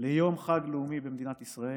ליום חג לאומי במדינת ישראל.